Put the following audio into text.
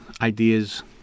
ideas